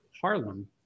Harlem